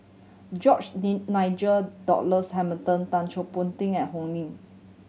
George Nigel Douglas Hamilton Chua Thian Poh Ting and Oi Lin